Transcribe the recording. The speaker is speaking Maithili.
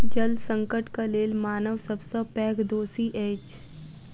जल संकटक लेल मानव सब सॅ पैघ दोषी अछि